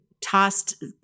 tossed